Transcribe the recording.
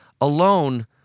alone